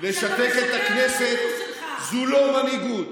לשתק את הכנסת זה לא מנהיגות.